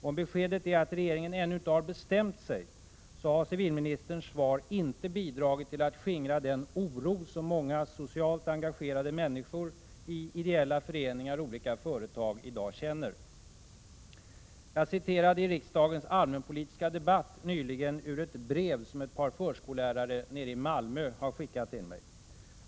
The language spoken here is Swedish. Om beskedet är att regeringen ännu inte bestämt sig, har civilministerns svar inte bidragit till att skingra den oro som många socialt engagerade människor i ideella föreningar och olika företag i dag känner. Jag citerade i riksdagens allmänpolitiska debatt nyligen ur ett brev som ett par förskollärare i Malmö har skickat till mig.